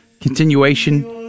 continuation